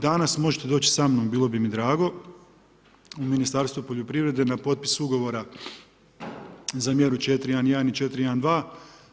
Danas možete doći sa mnom, bilo bi mi drago, u Ministarstvo poljoprivrede na potpis ugovora za mjeru 4.1.1. i 4.1.2.,